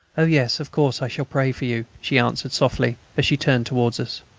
oh, yes, of course i shall pray for you, she answered, softly, as she turned towards us.